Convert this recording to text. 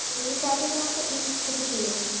تو یہ ساری چیزیں آپ کو ایک ایک کلو چاہیے